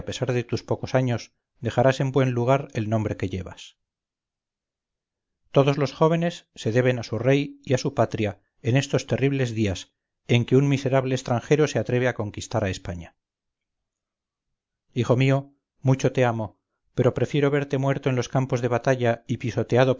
a pesar de tus pocos años dejarás en buen lugar el nombre que llevas todos los jóvenes se deben a su rey y a su patria en estos terribles días en que un miserable extranjero se atreve a conquistar a españa hijo mío mucho te amo pero prefiero verte muerto en los campos de batalla y pisoteado